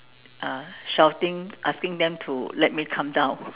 uh shouting asking them to let me come down